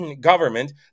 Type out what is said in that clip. government